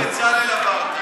גם את בצלאל עברת.